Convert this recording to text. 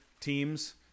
Teams